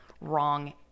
wrong